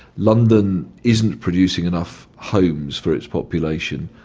london isn't producing enough homes for its population,